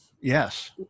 Yes